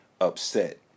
upset